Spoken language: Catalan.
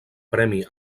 premi